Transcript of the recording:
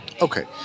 Okay